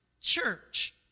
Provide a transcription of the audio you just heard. church